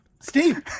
Steve